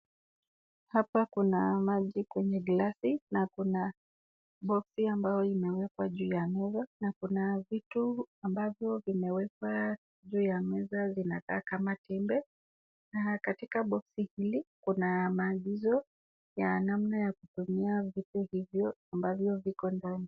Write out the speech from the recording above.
Hapa kuna maji kwenye glass na kuna box ambayo imewekwa juu ya meza. Kuna vitu ambavyo vimewekwa juu ya meza vinakaa kama tembe, na katika box hili kuna maagizo ya namna ya kutumia vitu hivyo viko ndani.